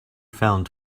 found